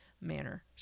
manner